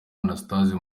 anastase